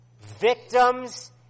victims